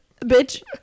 bitch